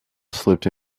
slipped